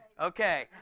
Okay